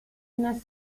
una